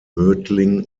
mödling